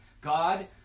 God